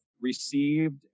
received